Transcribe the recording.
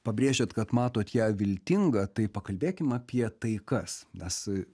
pabrėžėt kad matot ją viltingą tai pakalbėkim apie taikas nes